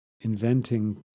inventing